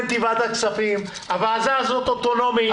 הוועדה הזאת אוטונומית.